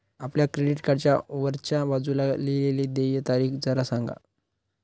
आपल्या क्रेडिट कार्डच्या वरच्या बाजूला लिहिलेली देय तारीख जरा सांगा